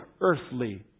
earthly